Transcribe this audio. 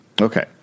Okay